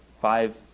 five